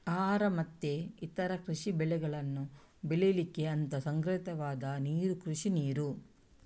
ಆಹಾರ ಮತ್ತೆ ಇತರ ಕೃಷಿ ಬೆಳೆಗಳನ್ನ ಬೆಳೀಲಿಕ್ಕೆ ಅಂತ ಸಂಗ್ರಹಿತವಾದ ನೀರು ಕೃಷಿ ನೀರು